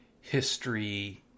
history